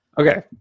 Okay